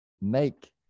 make